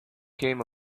came